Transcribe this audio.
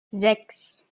sechs